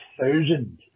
thousand